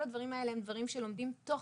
כל הדברים האלה הם דברים שלומדים תוך